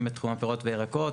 אם בתחום הפירות והירקות.